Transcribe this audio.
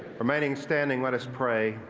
remain standing, let us pray.